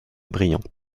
brillants